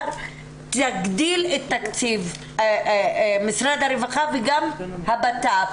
תגדיל את תקציב משרד הרווחה וגם הבט"פ,